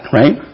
right